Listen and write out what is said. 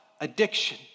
addiction